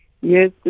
Yes